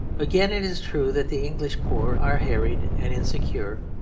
again, it is true that the english poor are harried and insecure,